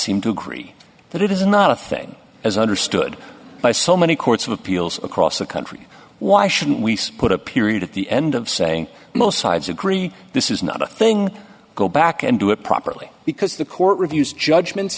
seem to agree that it is not a thing as understood by so many courts of appeals across the country why shouldn't we say put a period at the end of saying most sides agree this is not a thing go back and do it properly because the court reviews judgments